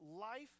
life